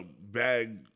bag